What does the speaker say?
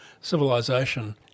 civilization